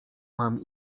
mam